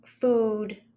food